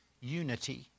unity